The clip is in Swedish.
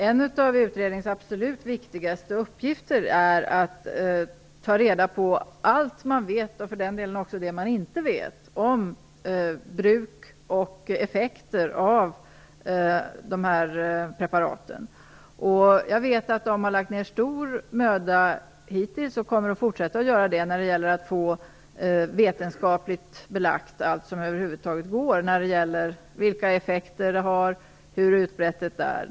Herr talman! En av utredningens absolut viktigaste uppgifter är att ta reda på allt man vet - och det man inte vet - om bruk och effekter av dessa preparat. Jag vet att man hittills har lagt ned stor möda och kommer att fortsätta att göra det när det gäller att få vetenskapligt belagt allt som över huvud taget går om vilka effekter bruket har och hur utbrett det är.